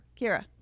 Kira